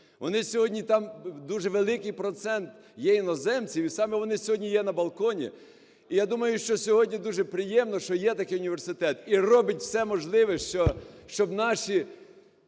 Вони сьогодні там… дуже великий процент є іноземців, і саме вони сьогодні є на балконі. І я думаю, що сьогодні дуже приємно, що є такий університет, і робить все можливе, щоб наші